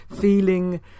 feeling